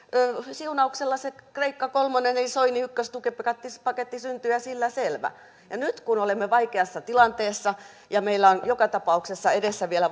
siunauksellanne se kreikka kolmonen eli soinin ykköstukipaketti syntyi ja sillä selvä nyt kun olemme vaikeassa tilanteessa ja meillä on joka tapauksessa edessä vielä